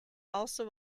also